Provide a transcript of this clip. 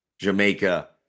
jamaica